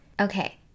Okay